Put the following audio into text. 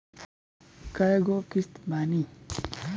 कय गो किस्त बानी?